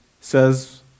says